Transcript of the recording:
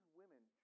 women